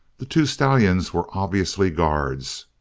the two stallions were obviously guards,